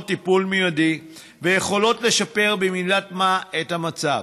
טיפול מיידי שיכול לשפר במידת מה את המצב,